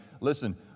listen